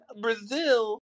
Brazil